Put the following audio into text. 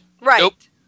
Right